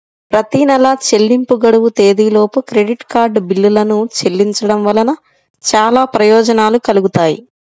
ప్రతి నెలా చెల్లింపు గడువు తేదీలోపు క్రెడిట్ కార్డ్ బిల్లులను చెల్లించడం వలన చాలా ప్రయోజనాలు కలుగుతాయి